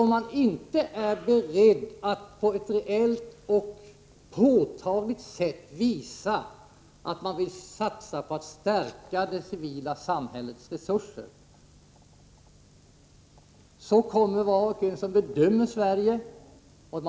Är man inte beredd att på ett reellt och påtagligt sätt visa att man vill satsa på att stärka det civila samhällets resurser, kommer alla som bedömer Sverige att räkna med detta.